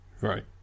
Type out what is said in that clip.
Right